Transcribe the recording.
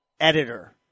editor